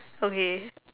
okay